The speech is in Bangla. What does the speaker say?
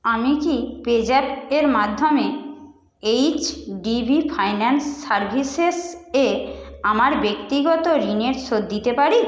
আমি কি পেজ্যাপ এর মাধ্যমে এইচডিবি ফাইন্যান্স সার্ভিসেস এ আমার ব্যক্তিগত ঋণের শোধ দিতে পারি